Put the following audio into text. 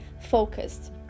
focused